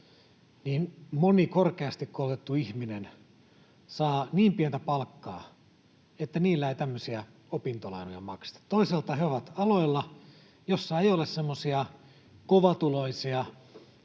niin moni korkeasti koulutettu ihminen saa niin pientä palkkaa, että niillä ei tämmöisiä opintolainoja makseta. Toisaalta he ovat aloilla, joissa ei ole semmoisia kovatuloisia